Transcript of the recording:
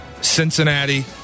Cincinnati